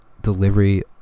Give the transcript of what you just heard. delivery